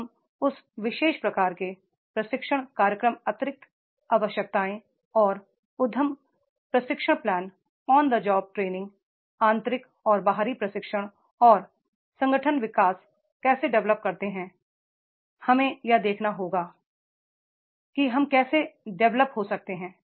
हम उस विशेष प्रकार के प्रशिक्षण कार्यक्रम अतिरिक्त आवश्यकताएं और उद्यम प्रशिक्षण plan on the job training आंतरिक और बाहरी प्रशिक्षण और संगठन विकास कैसे डेवलप करते हैं हमें यह देखना होगा कि हम कैसे डेवलप हो सकते हैं